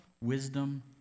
wisdom